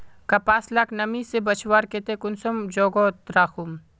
कपास लाक नमी से बचवार केते कुंसम जोगोत राखुम?